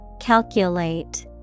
Calculate